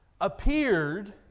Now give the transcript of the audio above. Appeared